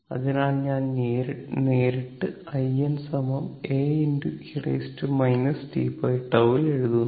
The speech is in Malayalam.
അതിനാൽ ഞാൻ നേരിട്ട് in A e tτ ൽ എഴുതുന്നു